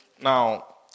Now